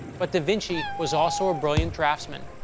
but da vinci was also a brilliant draftsman,